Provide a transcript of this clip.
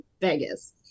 Vegas